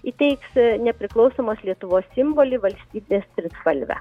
įteiks aaa nepriklausomos lietuvos simbolį valstybės trispalvę